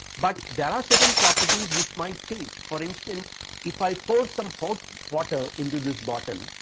but there are certain properties which might change, for instance if i pour some hot water into this bottle,